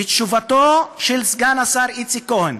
בתשובתו של סגן השר איציק כהן,